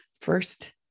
first